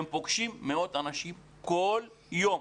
הם פוגשים מאות אנשים כל יום.